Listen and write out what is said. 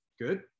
Good